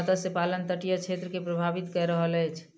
मत्स्य पालन तटीय क्षेत्र के प्रभावित कय रहल अछि